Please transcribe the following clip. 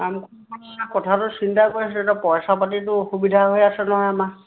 আমাৰ কথাটো চিন্তা কৰিছিলোঁ পইচা পাতিটো অসুবিধা হৈ আছে নহয় মা